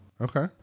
Okay